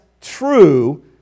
true